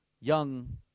young